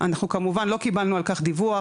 למה קרה האירוע?